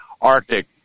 Arctic